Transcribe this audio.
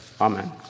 Amen